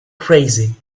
crazy